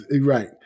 Right